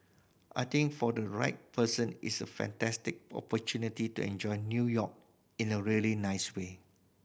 I think for the right person it's a fantastic opportunity to enjoy New York in a really nice way